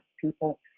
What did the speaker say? people